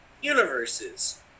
universes